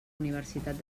universitat